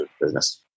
business